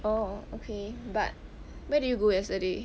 oh okay but where do you go yesterday